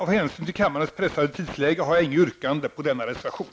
Av hänsyn till kammarens pressade tidsläge har jag inget yrkande beträffande denna reservation.